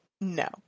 no